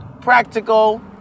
practical